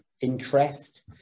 interest